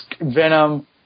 Venom